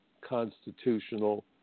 constitutional